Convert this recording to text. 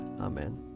Amen